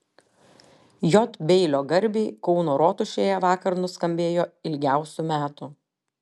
j beilio garbei kauno rotušėje vakar nuskambėjo ilgiausių metų